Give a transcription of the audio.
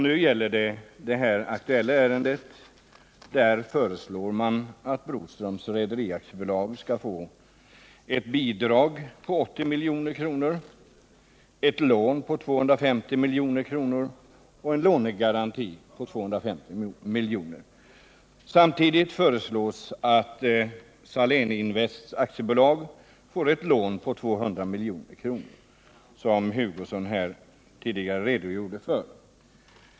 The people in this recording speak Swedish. I det nu aktuella ärendet föreslår man att Broströms Rederi AB skall få ett bidrag på 80 milj.kr., ett lån på 250 milj.kr. och en lånegaranti på 250 milj.kr. Samtidigt föreslås att Saléninvest AB får ett lån på 200 milj.kr., som Kurt Hugosson också mycket riktigt har redogjort för.